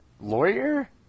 lawyer